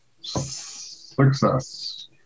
Success